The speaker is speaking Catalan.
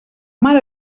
mar